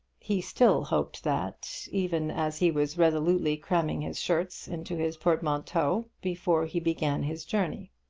he still hoped that, even as he was resolutely cramming his shirts into his portmanteau before he began his journey.